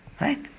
Right